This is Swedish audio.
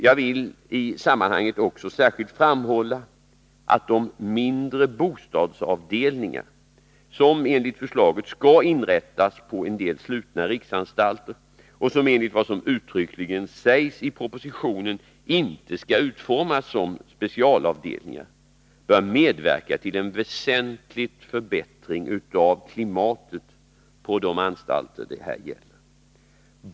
Jag vill i sammanhanget också särskilt framhålla att de mindre bostadsavdelningar som enligt förslaget skall inrättas på en del slutna riksanstalter — och som, enligt vad som uttryckligen sägs i propositionen, inte skall utformas som specialavdelningar — bör medverka till en väsentlig förbättring av klimatet på de anstalter det här gäller.